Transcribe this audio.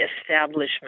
establishment